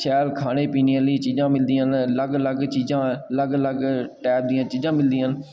शैल खाने पीने आह्ली चीजां मिलदियां न अलग अलग चीजां अलग अलग टाइप दियां चीजां मिलदियां न